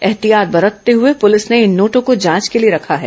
एहतियात बरतंते हुए पुलिस ने इन नोटों को जांच के लिए रखा है